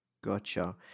Gotcha